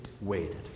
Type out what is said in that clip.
waited